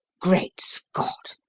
great scott!